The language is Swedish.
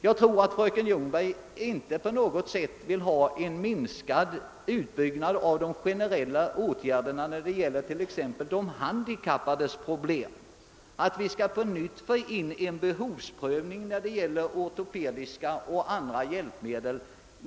Jag tror inte att fröken Ljungberg vill minska utbyggnaden av de generella åtgärderna beträffande exempelvis de handikappade och ait vi på nytt skall införa behovsprövning när det gäller bl.a. ortopediska och andra hjälpmedel.